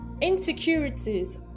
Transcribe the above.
Insecurities